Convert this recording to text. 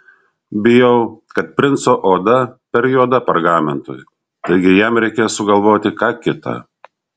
bijau kad princo oda per juoda pergamentui taigi jam reikės sugalvoti ką kita